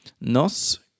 Nos